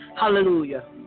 hallelujah